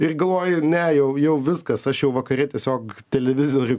ir galvoji ne jau jau viskas aš jau vakare tiesiog televizorių